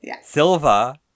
Silva